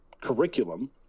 curriculum